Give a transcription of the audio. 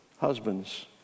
Husbands